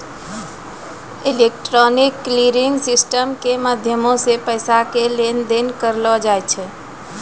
electronic clearing system के माध्यमो से पैसा के लेन देन करलो जाय छै